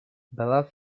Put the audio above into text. below